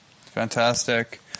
Fantastic